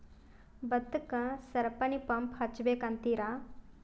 ಭತ್ತಕ್ಕ ಸರಪಣಿ ಪಂಪ್ ಹಚ್ಚಬೇಕ್ ಅಂತಿರಾ?